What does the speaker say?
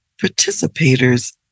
participators